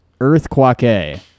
Earthquake